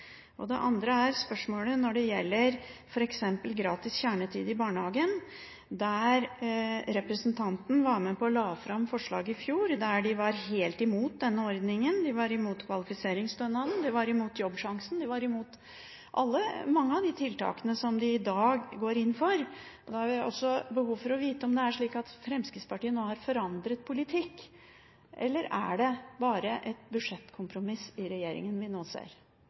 Det andre spørsmålet gjelder gratis kjernetid i barnehagen. Representanten Horne var i fjor med på å legge fram et forslag der man var helt imot denne ordningen. Man var imot kvalifiseringsstønaden, man var imot Jobbsjansen, man var imot mange av de tiltakene som man i dag går inn for. Da har jeg behov for å vite om det er slik at Fremskrittspartiet nå har forandret politikk – eller er det bare et budsjettkompromiss i regjeringen vi nå ser?